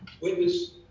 Witness